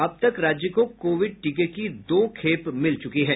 अब तक राज्य को कोविड टीके की दो खेप मिल चुकी है